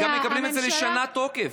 גם מקבלים את זה לשנה תוקף,